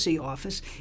office